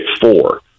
four